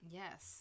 yes